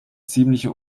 ziemliche